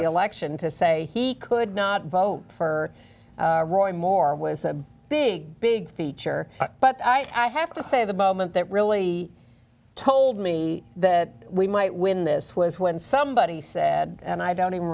the election to say he could not vote for roy moore was a big big feature but i have to say the moment that really told me that we might win this was when somebody said and i don't even